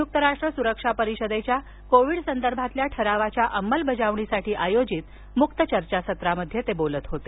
संयुक्त राष्ट्र सुरक्षा परिषदेच्या कोविडसंदर्भातल्या ठरावाच्या अंमलबजावणीसाठी आयोजित मुक्त चर्चासत्रात ते बोलत होते